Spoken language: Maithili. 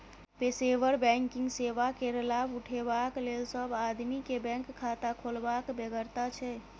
पेशेवर बैंकिंग सेवा केर लाभ उठेबाक लेल सब आदमी केँ बैंक खाता खोलबाक बेगरता छै